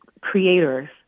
creators